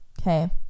okay